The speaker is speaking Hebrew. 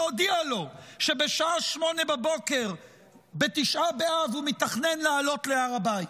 והודיע לו שבשעה 08:00 בתשעה באב הוא מתכנן לעלות להר הבית.